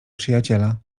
przyjaciela